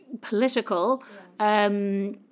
political